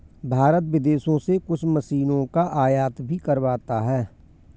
भारत विदेशों से कुछ मशीनों का आयात भी करवाता हैं